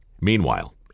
Meanwhile